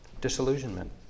disillusionment